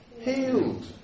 healed